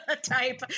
type